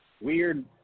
weird